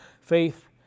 faith